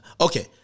Okay